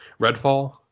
redfall